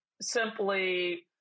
simply